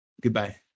goodbye